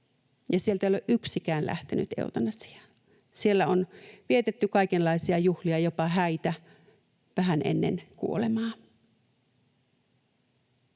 sieltä ei ole yksikään lähtenyt eutanasiaan. Siellä on vietetty kaikenlaisia juhlia, jopa häitä, vähän ennen kuolemaa.